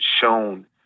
shown